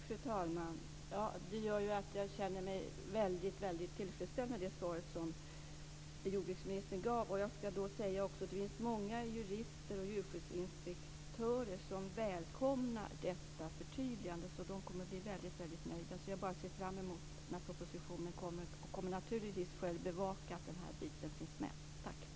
Fru talman! Det gör att jag känner mig väldigt tillfredsställd med det svar som jordbruksministern gav. Det finns många jurister och djurskyddsinspektörer som välkomnar detta förtydligande, och de kommer att bli väldigt nöjda. Jag ser fram emot propositionen och kommer naturligtvis själv att bevaka att denna bit finns med. Tack!